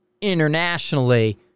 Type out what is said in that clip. internationally